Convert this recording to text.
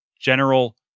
General